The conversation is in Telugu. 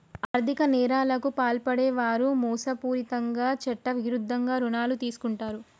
ఆర్ధిక నేరాలకు పాల్పడే వారు మోసపూరితంగా చట్టవిరుద్ధంగా రుణాలు తీసుకుంటరు